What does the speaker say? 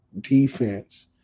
defense